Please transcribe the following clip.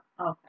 Okay